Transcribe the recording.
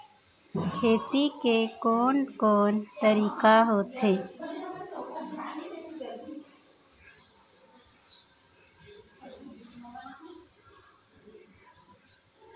खेती के कोन कोन तरीका होथे?